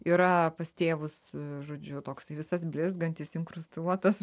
yra pas tėvus žodžiu toks visas blizgantis inkrustuotas